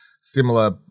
similar